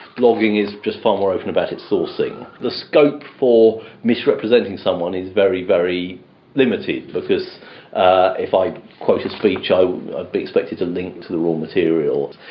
blogging is just far more open about its sourcing. the scope for misrepresenting someone is very, very limited because if i quote a speech i'd be expected to link to the raw material,